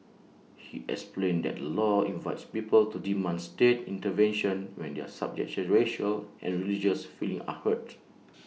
he explained that the law invites people to demand state intervention when their subjective racial and religious feelings are hurt